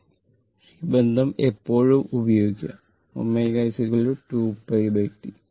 പക്ഷേ ഈ ബന്ധം എപ്പോഴും ഉപയോഗിക്കുക ω 2πT